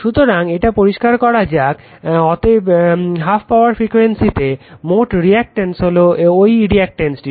সুতরাং এটা পরিষ্কার করা যাক অতএব হ্যাফ পাওয়ার ফ্রিকুয়েন্সিতে 12 power frequency মোট রিঅ্যাকটেন্স হলো ঐ রিঅ্যাকটেন্সটি